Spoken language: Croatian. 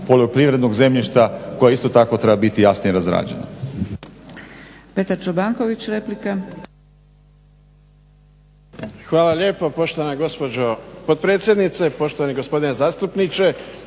poljoprivrednog zemljišta koja isto tako treba biti jasnije razrađena.